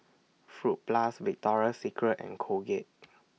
Fruit Plus Victoria Secret and Colgate